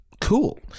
Cool